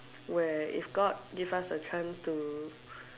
where if God give us a chance to